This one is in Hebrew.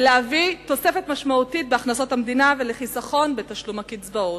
ולהביא תוספת משמעותית בהכנסות המדינה ולחיסכון בתשלום הקצבאות.